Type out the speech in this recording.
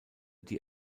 die